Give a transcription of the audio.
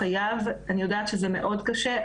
ואני יודעת שזה מאוד קשה,